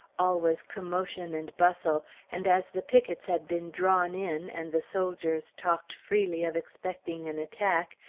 all was commotion and bustle and as the pickets had been drawn in, and the soldiers talked freely of expecting an attack,